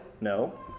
No